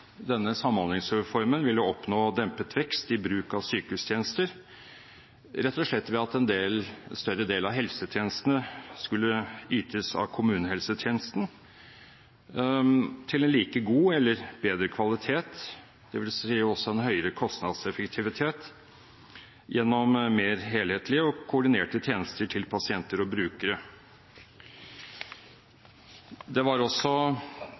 at en større del av helsetjenestene skulle ytes av kommunehelsetjenesten, med like god eller bedre kvalitet, dvs. også en høyere kostnadseffektivitet, gjennom mer helhetlige og koordinerte tjenester til pasienter og brukere. Det var også